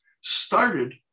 started